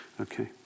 Okay